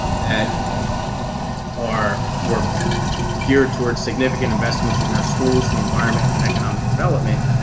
that are were geared towards significant investments in our schools, the environment, and economic development.